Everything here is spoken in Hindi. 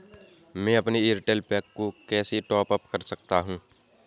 मैं अपने एयरटेल पैक को कैसे टॉप अप कर सकता हूँ?